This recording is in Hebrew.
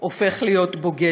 חצוף שכמותו, הופך להיות בוגד.